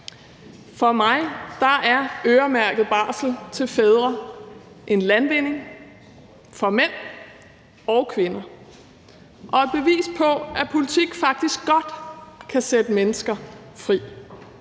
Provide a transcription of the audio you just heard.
For mig er øremærket barsel til fædre en landvinding for mænd og kvinder og et bevis på, at politik faktisk godt kan sætte mennesker fri.